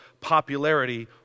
popularity